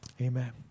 Amen